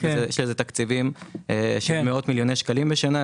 יש לזה תקציבים של מאות מיליוני שקלים בשנה,